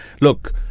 look